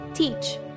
Teach